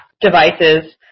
devices